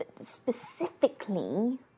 Specifically